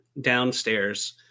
downstairs